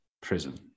prison